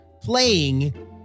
playing